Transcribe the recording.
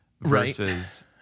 versus